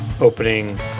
opening